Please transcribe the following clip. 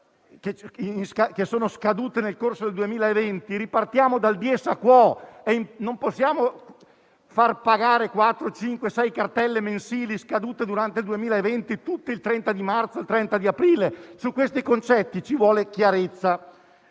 che sono scadute nel corso del 2020: ripartiamo dal *dies a quo*. Non possiamo far pagare quattro, cinque o sei cartelle mensili scadute durante il 2020, tutte il 30 marzo o il 30 aprile. Su questi concetti ci vuole chiarezza.